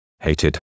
hated